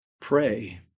pray